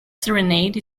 serenade